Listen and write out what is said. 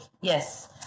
Yes